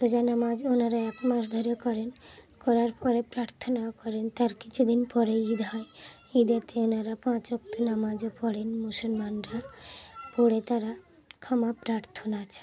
রোজা নামাজ ওনারা এক মাস ধরে করেন করার পরে প্রার্থনাও করেন তার কিছুদিন পরে ঈদ হয় ঈদেতে ওনারা পাঁচ ওয়াক্ত নামাজও পড়েন মুসলমানরা পড়ে তারা ক্ষমা প্রার্থনা চায়